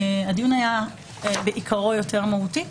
הדיון היה בעיקרו יותר מהותי.